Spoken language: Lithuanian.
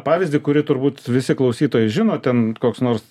pavyzdį kurį turbūt visi klausytojai žino ten koks nors